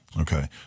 Okay